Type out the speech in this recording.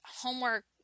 homework